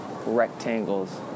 rectangles